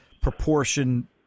proportion